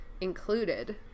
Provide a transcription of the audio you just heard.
included